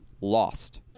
Lost